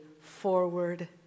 forward